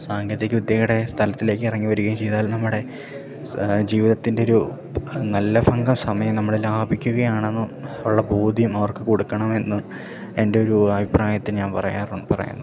സാങ്കേതിക വിദ്യയുടെ സ്ഥലത്തിലേക്കിറങ്ങി വരികയും ചെയ്താൽ നമ്മുടെ ജീവിതത്തിൻ്റെയൊരു നല്ല ഭാഗം സമയം നമ്മൾ ലാഭിക്കുകയാണെന്നും ഉള്ള ബോധ്യം അവർക്ക് കൊടുക്കണമെന്ന് എൻ്റെ ഒരു അഭിപ്രായത്തിൽ ഞാൻ പറയാറുണ്ട് പറയുന്നു